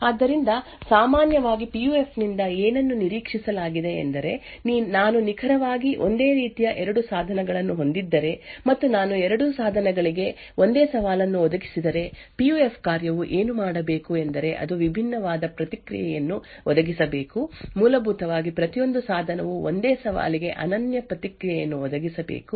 ಆದ್ದರಿಂದ ಸಾಮಾನ್ಯವಾಗಿ P U F ನಿಂದ ಏನನ್ನು ನಿರೀಕ್ಷಿಸಲಾಗಿದೆ ಎಂದರೆ ನಾನು ನಿಖರವಾಗಿ ಒಂದೇ ರೀತಿಯ ಎರಡು ಸಾಧನಗಳನ್ನು ಹೊಂದಿದ್ದರೆ ಮತ್ತು ನಾನು ಎರಡೂ ಸಾಧನಗಳಿಗೆ ಒಂದೇ ಸವಾಲನ್ನು ಒದಗಿಸಿದರೆ ಪಿ ಯು ಎಫ್ ಕಾರ್ಯವು ಏನು ಮಾಡಬೇಕು ಎಂದರೆ ಅದು ವಿಭಿನ್ನವಾದ ಪ್ರತಿಕ್ರಿಯೆಯನ್ನು ಒದಗಿಸಬೇಕು ಮೂಲಭೂತವಾಗಿ ಪ್ರತಿಯೊಂದು ಸಾಧನವು ಒಂದೇ ಸವಾಲಿಗೆ ಅನನ್ಯ ಪ್ರತಿಕ್ರಿಯೆಯನ್ನು ಒದಗಿಸಬೇಕು